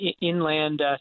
inland